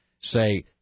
say